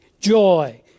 joy